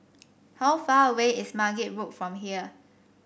how far away is Margate Road from here